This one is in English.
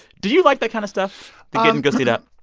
do you like that kind of stuff getting gussied up?